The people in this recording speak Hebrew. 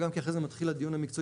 וגם כי אחרי זה מתחיל הדיון המקצועי